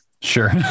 Sure